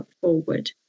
forward